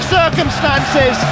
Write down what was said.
circumstances